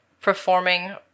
performing